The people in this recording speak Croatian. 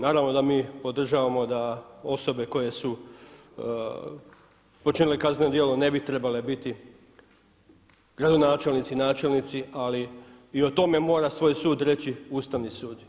Naravno da mi podržavamo da osobe koje su počinile kazneno djelo ne bi trebale biti gradonačelnici, načelnici ali i o tome mora svoj sud reci Ustavni sud.